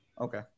Okay